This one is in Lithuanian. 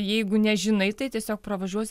jeigu nežinai tai tiesiog pravažiuos